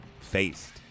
faced